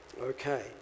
Okay